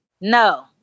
No